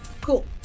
cool